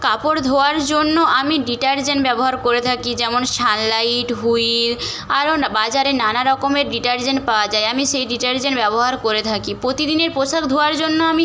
কাপড় ধোয়ার জন্য আমি ডিটারজেন্ট ব্যবহার করে থাকি যেমন সানলাইট হুইল আরও না বাজারে নানা রকমের ডিটারজেন্ট পাওয়া যায় আমি সেই ডিটারজেন্ট ব্যবহার করে থাকি প্রতি দিনের পোশাক ধোয়ার জন্য আমি